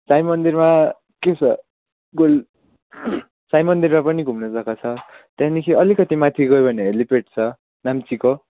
साई मन्दिरमा के छ साई मन्दिरमा पनि घुम्ने जग्गा छ त्यहाँदेखि अलिकति माथि गयो भने हेलिपेड छ नाम्चीको